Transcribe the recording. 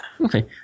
Okay